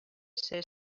ser